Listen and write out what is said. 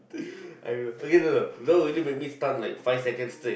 I know okay no no don't really make me stun like five second straight